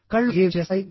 కళ్లు ఏం చేస్తాయి